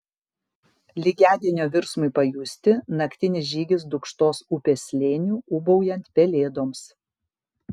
lygiadienio virsmui pajusti naktinis žygis dūkštos upės slėniu ūbaujant pelėdoms